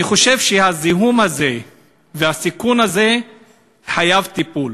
אני חושב שהזיהום הזה והסיכון הזה חייבים טיפול.